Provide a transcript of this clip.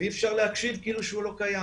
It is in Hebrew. ואי אפשר להקשיב כאילו שהוא לא קיים.